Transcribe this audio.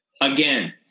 again